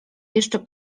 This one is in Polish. jeszcze